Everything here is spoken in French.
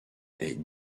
est